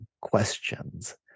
questions